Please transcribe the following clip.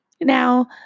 now